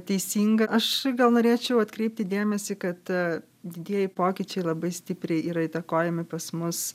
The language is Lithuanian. teisinga aš gal norėčiau atkreipti dėmesį kad didieji pokyčiai labai stipriai yra įtakojami pas mus